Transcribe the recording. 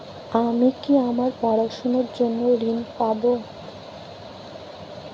আমি কি আমার পড়াশোনার জন্য ঋণ পাব?